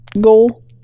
goal